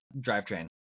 drivetrain